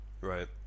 right